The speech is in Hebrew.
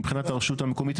מבחינת הרשות המקומית,